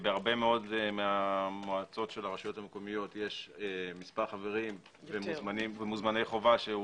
בהרבה מאוד מהמועצות של הרשויות המקומיות יש מספר חברים ומוזמני חובה,